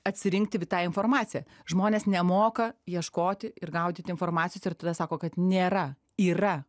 atsirinkti tą informaciją žmonės nemoka ieškoti ir gaudyti informacijos ir tada sako kad nėra yra